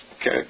okay